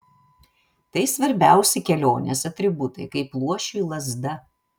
tai svarbiausi kelionės atributai kaip luošiui lazda